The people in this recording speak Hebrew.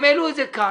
העלינו את זה כאן.